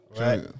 Right